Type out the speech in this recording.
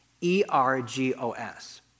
E-R-G-O-S